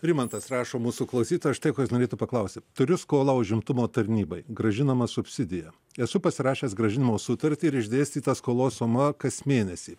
rimantas rašo mūsų klausyti o štai ko jis norėtų paklausti turiu skolą užimtumo tarnybai grąžinamą subsidiją esu pasirašęs grąžinimo sutartį ir išdėstytą skolos suma kas mėnesį